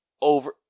over